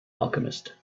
alchemist